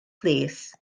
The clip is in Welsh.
plîs